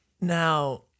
Now